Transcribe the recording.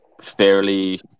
fairly